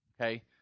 okay